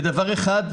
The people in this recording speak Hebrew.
ודבר אחד,